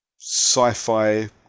sci-fi